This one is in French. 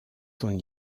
son